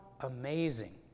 amazing